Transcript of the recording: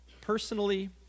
Personally